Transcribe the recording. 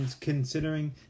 considering